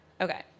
Okay